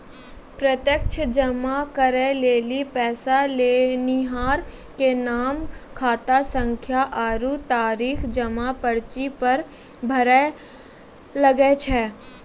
प्रत्यक्ष जमा करै लेली पैसा लेनिहार के नाम, खातासंख्या आरु तारीख जमा पर्ची पर भरै लागै छै